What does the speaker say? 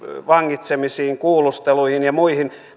vangitsemisiin kuulusteluihin ja muihin